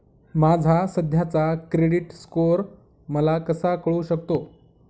माझा सध्याचा credit score मला कसा कळू शकतो?